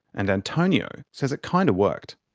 and antonio says it kind of worked.